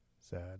Sad